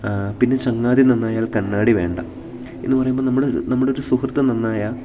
പിന്നെ ചങ്ങാതി നന്നായാൽ കണ്ണാടി വേണ്ട എന്നു പറയുമ്പോൾ നമ്മൾ നമ്മുടെയൊരു സുഹൃത്ത് നന്നായാൽ